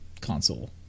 console